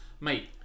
Mate